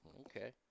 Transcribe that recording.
okay